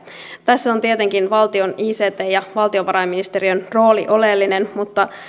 tässä ovat tietenkin valtion ict ja valtiovarainministeriön rooli oleellisia mutta